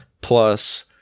plus